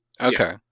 Okay